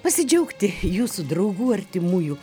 pasidžiaugti jūsų draugų artimųjų